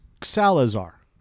Salazar